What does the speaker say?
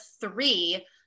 three